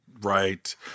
Right